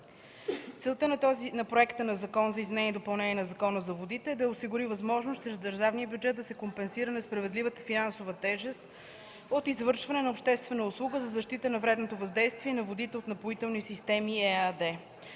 „Целта на проекта на Закон за изменение и допълнение на Закона за водите е да осигури възможност чрез държавния бюджет да се компенсира несправедливата финансова тежест от извършване на обществената услуга за защита от вредното въздействие на водите от „Напоителни системи” ЕАД.